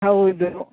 ಹೌದು